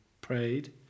prayed